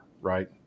right